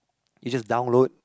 you just download